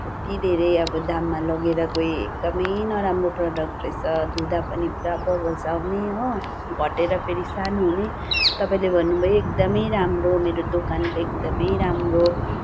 यत्ति धेरै अब दाममा लिएर गएँ एकदमै नराम्रो प्रडक्ट रहेछ धुँदा पनि पुरा बबल्स आउने हो घटेर फेरि सानो हुने तपाईँले भन्नुभयो एकदमै राम्रो मेरो दोकानको एकदमै राम्रो